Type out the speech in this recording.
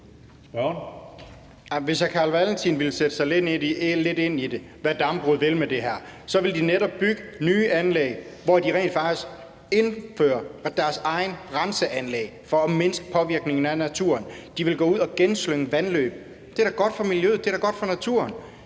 Hvis hr. Carl Valentin ville sætte sig lidt ind i, hvad dambruget vil med det her, vil de netop bygge nye anlæg, hvor de rent faktisk indfører deres egne renseanlæg for at mindske påvirkningen af naturen. De vil gå ud at genslynge vandløb. Det er da godt for miljøet, det er da godt for naturen.